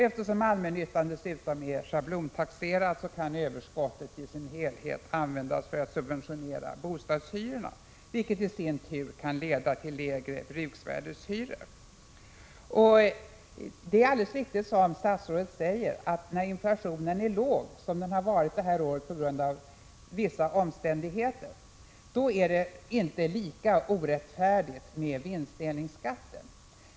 Eftersom allmännyttan dessutom är schablontaxerad kan överskottet i dess helhet användas för att subventionera bostadshyrorna, vilket i sin tur kan leda till lägre bruksvärdeshyror. Det är alldeles riktigt, som statsrådet säger, att vinstdelningsskatten inte är lika orättfärdig när inflationen är låg, och det har den ju varit det här året till följd av vissa omständigheter.